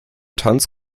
tanz